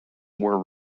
were